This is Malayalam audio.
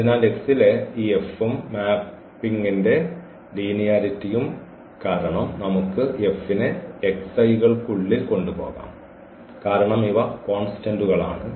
അതിനാൽ x ലെ ഈ F ഉം മാപ്പിന്റെ ലിനിയാരിറ്റിയും കാരണം നമുക്ക് ഈ F നെ ഈ xi കൾക്കുള്ളിൽ കൊണ്ടുപോകാം കാരണം ഇവ കോൺസ്റ്റന്റുകളാണ്